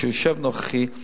שיושב נכחי,